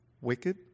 Wicked